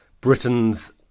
Britain's